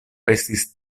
estis